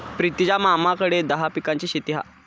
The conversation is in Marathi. प्रितीच्या मामाकडे दहा पिकांची शेती हा